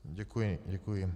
Děkuji, děkuji.